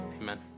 Amen